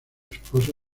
esposa